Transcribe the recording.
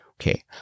Okay